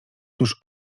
tuż